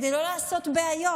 כדי לא לעשות בעיות.